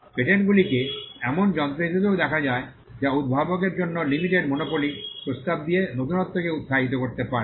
পেটেন্টগুলিকে এমন যন্ত্র হিসাবেও দেখা যায় যা উদ্ভাবকের জন্য লিমিটেড মনোপলি প্রস্তাব দিয়ে নতুনত্বকে উত্সাহিত করতে পারে